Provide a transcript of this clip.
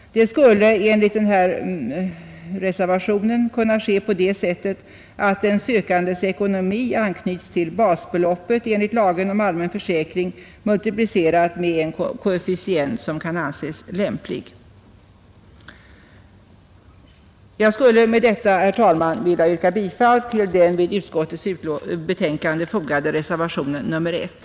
Det skulle enligt denna reservation kunna ske på det sättet att den sökandes ekonomi anknyts till basbeloppet enligt lagen om allmän försäkring multiplicerat med en lämplig koefficient. Jag skulle med detta, herr talman, vilja yrka bifall till den vid utskottets betänkande fogade reservationen 1.